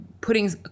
putting